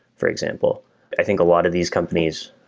for example i think a lot of these companies,